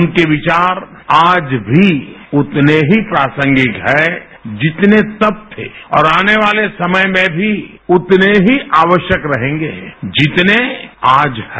उनके विचार आज भी उतने ही प्रासंगिक हैंजितने तब थे और आने वाले समय में भी उतने ही आवश्यक रहेंगेजितने आज हैं